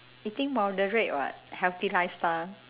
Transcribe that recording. eating moderate [what] healthy lifestyle